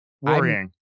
Worrying